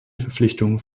verpflichtung